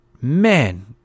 man